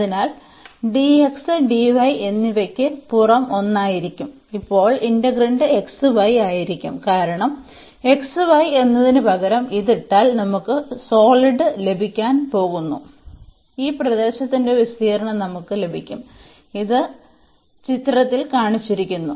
അതിനാൽ dx dy എന്നിവയ്ക്ക് പുറം ഒന്നായിരിക്കും ഇപ്പോൾ ഇന്റഗ്രന്റ് xy ആയിരിക്കും കാരണം xy എന്നതിനുപകരം ഇത് ഇട്ടാൽ നമുക്ക് സോളിഡ് ലഭിക്കാൻ പോകുന്നു ഈ പ്രദേശത്തിന്റെ വിസ്തീർണ്ണം നമുക്ക് ലഭിക്കും അത് ചിത്രത്തിൽ കാണിച്ചിരിക്കുന്നു